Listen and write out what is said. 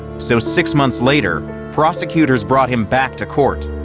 so six months later, prosecutors brought him back to court.